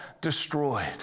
destroyed